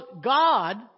God